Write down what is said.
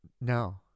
No